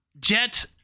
Jet